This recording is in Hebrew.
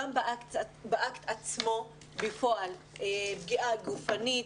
גם באקט עצמו בפועל פגיעה גופנית,